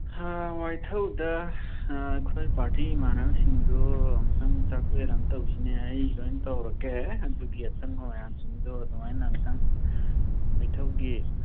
ꯋꯥꯏꯊꯧꯗ ꯑꯩꯈꯣꯏ ꯄꯥꯔꯇꯤ ꯏꯃꯥꯟꯅꯕꯁꯤꯡꯗꯨ ꯑꯝꯇꯪ ꯆꯥꯛꯂꯦꯟ ꯑꯃꯇ ꯇꯧꯁꯤꯅꯦ ꯑꯩ ꯖꯣꯏꯟ ꯇꯧꯔꯒꯦ ꯑꯗꯨꯒꯤ ꯑꯆꯪꯕ ꯃꯌꯥꯝꯁꯤꯡꯗꯨ ꯑꯗꯨꯃꯥꯏꯅ ꯑꯝꯇꯪ ꯋꯥꯏꯊꯧꯒꯤ